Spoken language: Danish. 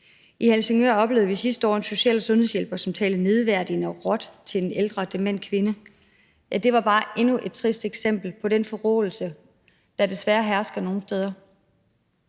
I Helsingør oplevede vi sidste år en social- og sundhedshjælper, som talte nedværdigende og råt til en ældre dement kvinde. Det var bare endnu et trist eksempel på den forråelse, der desværre hersker nogle steder.